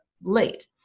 late